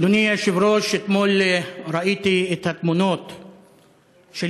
אדוני היושב-ראש, אתמול ראיתי את התמונות של,